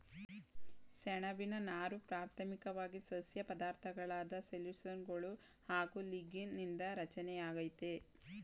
ಸೆಣ್ಬಿನ ನಾರು ಪ್ರಾಥಮಿಕ್ವಾಗಿ ಸಸ್ಯ ಪದಾರ್ಥಗಳಾದ ಸೆಲ್ಯುಲೋಸ್ಗಳು ಹಾಗು ಲಿಗ್ನೀನ್ ನಿಂದ ರಚನೆಯಾಗೈತೆ